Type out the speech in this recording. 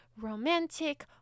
romantic